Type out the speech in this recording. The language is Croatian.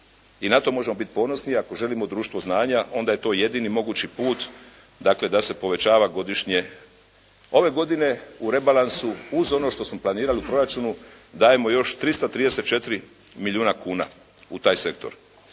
i na to možemo biti ponosni i ako želimo društvo znanja, onda je to jedini mogući put, dakle da se povećava godišnje. Ove godine u rebalansu uz ono što smo planirali u proračunu, dajemo još 334 milijuna kuna u taj sektor.